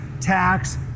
tax